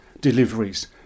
deliveries